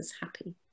happy